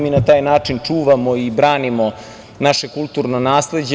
Mi na taj način čuvamo i branimo naše kulturno nasleđe.